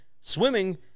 Swimming